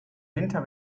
winter